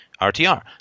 RTR